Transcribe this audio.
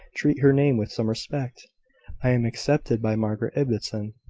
treat her name with some respect i am accepted by margaret ibbotson!